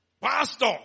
Pastor